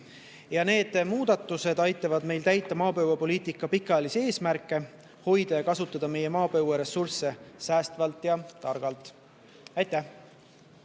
aastat. Need muudatused aitavad meil täita maapõuepoliitika pikaajalisi eesmärke ning hoida ja kasutada meie maapõueressursse säästvalt ja targalt. Aitäh!